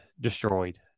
destroyed